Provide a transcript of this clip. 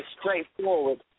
straightforward